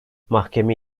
mahkeme